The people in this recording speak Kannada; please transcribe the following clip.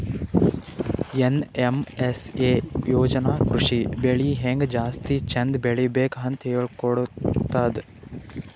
ಏನ್.ಎಮ್.ಎಸ್.ಎ ಯೋಜನಾ ಕೃಷಿ ಬೆಳಿ ಹೆಂಗ್ ಜಾಸ್ತಿ ಚಂದ್ ಬೆಳಿಬೇಕ್ ಅಂತ್ ಹೇಳ್ಕೊಡ್ತದ್